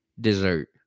dessert